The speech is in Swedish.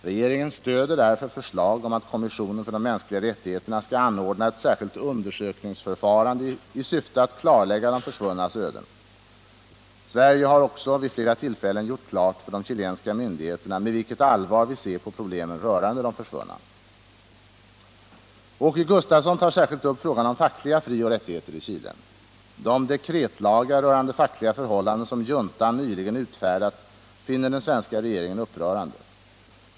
Regeringen stöder därför förslag om att kommissionen för de mänskliga rättigheterna skall anordna ett särskilt undersökningsförfarande i syfte att klarlägga de försvunnas öden. Sverige har också vid flera tillfällen gjort klart för de chilenska myndigheterna med vilket allvar vi ser på problemen rörande de försvunna. Åke Gustavsson tar särskilt upp frågan om fackliga frioch rättigheter i Chile. De dekretlagar rörande fackliga förhållanden som juntan nyligen utfärdat finner den svenska regeringen upprörande.